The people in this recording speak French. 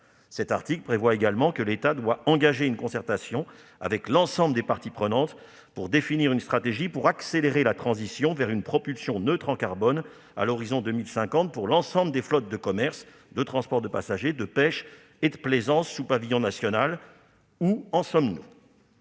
Cet article dispose également que l'État doit engager « une concertation avec l'ensemble des parties prenantes afin de définir une stratégie visant à accélérer la transition vers une propulsion neutre en carbone à l'horizon 2050 pour l'ensemble des flottes de commerce, de transport de passagers, de pêche et de plaisance sous pavillon national. » Monsieur